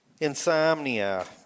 Insomnia